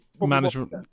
management